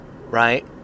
right